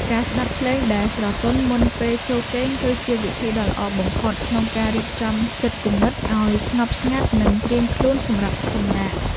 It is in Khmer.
ការស្ដាប់ភ្លេងដែលស្រទន់មុនពេលចូលគេងគឺជាវិធីដ៏ល្អបំផុតក្នុងការរៀបចំចិត្តគំនិតឱ្យស្ងប់ស្ងាត់និងត្រៀមខ្លួនសម្រាប់សម្រាក។